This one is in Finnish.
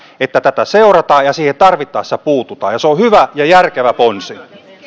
että tätä seurataan ja tähän tarvittaessa puututaan se on hyvä ja järkevä ponsi